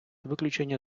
виключення